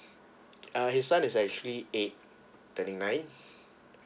uh his son is actually eight turning nine